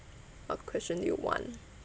what question do you want